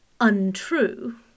untrue